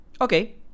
okay